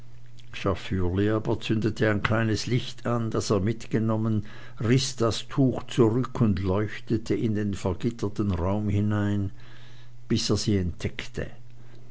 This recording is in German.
ein kleines licht an das er mitgenommen riß das tuch zurück und leuchtete in den vergitterten raum hinein bis er sie entdeckte